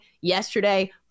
yesterday